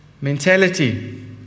mentality